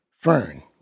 fern